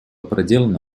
проделана